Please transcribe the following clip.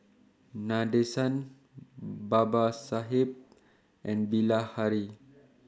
Nadesan Babasaheb and Bilahari